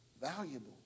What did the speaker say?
valuable